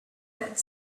that